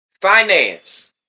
Finance